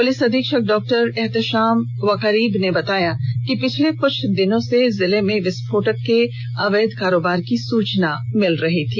police अधीक्षक doctor Ehtesham Waqarib ने बताया कि पिछले कुछ दिनों से जिले में विस्फोटक के अवैध कारोबार की सूचना मिल रही थी